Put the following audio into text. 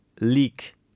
leak